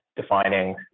defining